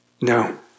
no